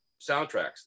soundtracks